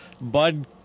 Bud